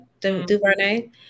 DuVernay